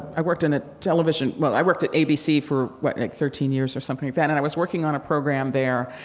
i worked in a television well, i worked at abc for what, like thirteen years or something like that, and i was working on a program there,